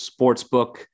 Sportsbook